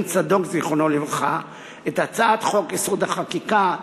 צדוק ז"ל את הצעת חוק-יסוד: החקיקה,